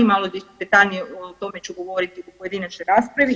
Malo detaljnije o tome ću govoriti u pojedinačnoj raspravi.